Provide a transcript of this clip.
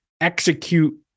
execute